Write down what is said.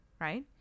right